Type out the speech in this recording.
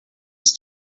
ist